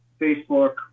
Facebook